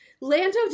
Lando